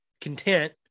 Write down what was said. content